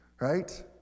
right